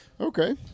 Okay